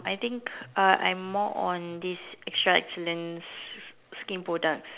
I think uh I'm more on this extra excellence skin products